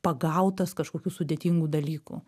pagautas kažkokių sudėtingų dalykų